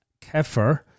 kefir